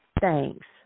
Thanks